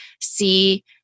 see